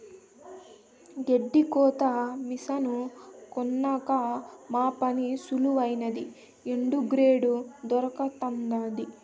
గెడ్డి కోత మిసను కొన్నాక మా పని సులువైనాది ఎండు గెడ్డే దొరకతండాది